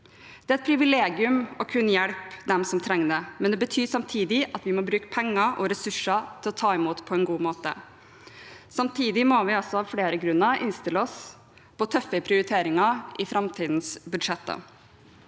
Det er et privilegium å kunne hjelpe dem som trenger det, men det betyr samtidig at vi må bruke penger og ressurser til å ta imot dem på en god måte. Samtidig må vi altså av flere grunner innstille oss på tøffe prioriteringer i framtidens budsjetter.